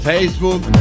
Facebook